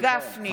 סליחה.